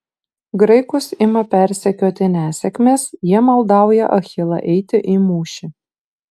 graikus ima persekioti nesėkmės jie maldauja achilą eiti į mūšį